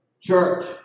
Church